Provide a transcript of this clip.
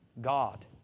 God